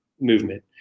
movement